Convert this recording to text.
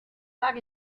sag